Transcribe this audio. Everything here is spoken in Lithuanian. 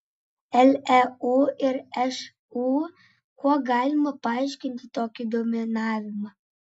leu ir šu kuo galima paaiškinti tokį dominavimą